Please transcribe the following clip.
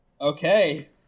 Okay